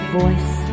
voice